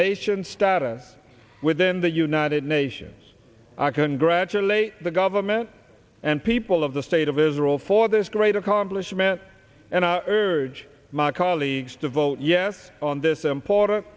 nation status within the united nations i congratulate the government and people of the state of israel for this great accomplishment and i urge my colleagues to vote yes on this important